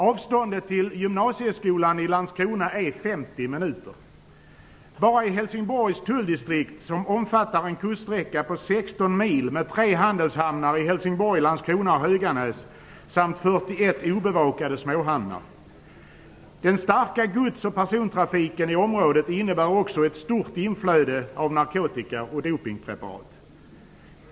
Avståndet till gymnasieskolan i Landskrona tillryggaläggs på 50 minuter. Landskorna och Höganäs samt 41 obevakade småhamnar. Den starka gods och persontrafiken i området innebär också ett stort inflöde av narkotika och dopningspreparat.